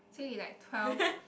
so you like twelve